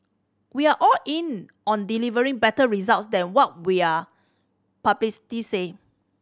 we are all in on delivering better results than what we're public said